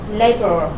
labor